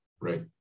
right